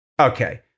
Okay